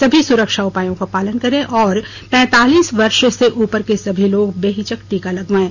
सभी सुरक्षा उपायों का पालन करें और पैंतालीस वर्ष से उपर के सभी लोग बेहिचक टीका लगवायें